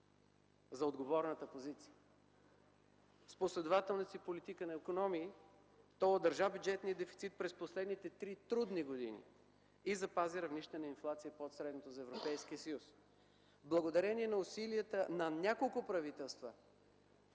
за отговорната позиция. С последователната си политика на икономии то удържа бюджетния дефицит през последните три трудни години и запази равнището на инфлацията под средното за Европейския съюз. Благодарение на усилията на няколко правителства